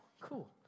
cool